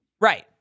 right